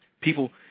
People